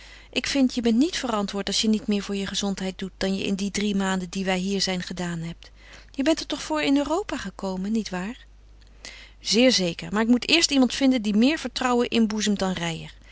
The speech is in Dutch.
ik vind je bent niet verantwoord als je niet meer voor je gezondheid doet dan je in die drie maanden die wij hier zijn gedaan hebt je bent er toch voor in europa gekomen niet waar zeer zeker maar ik moet eerst iemand vinden die meer vertrouwen inboezemt dan reijer